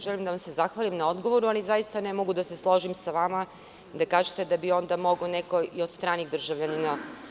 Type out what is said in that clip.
Želim da vam se zahvalim na odgovoru, ali zaista ne mogu da se složim sa vama kad kažete da bi onda mogao neko i od stranih državljana.